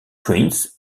prince